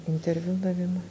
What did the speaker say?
interviu davima